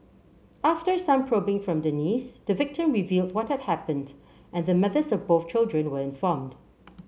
after some probing from the niece the victim revealed what had happened and the mothers of both children were informed